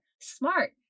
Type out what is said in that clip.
Smart